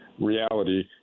reality